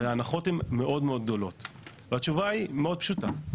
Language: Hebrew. הרי ההנחות הן מאוד גדולות והתשובה היא מאוד פשוטה,